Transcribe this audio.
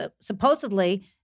supposedly